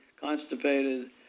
constipated